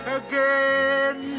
again